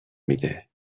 میده